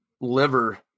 liver